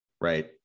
right